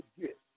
get